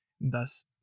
thus